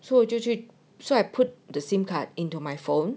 so 我就去 so I put the SIM card into my phone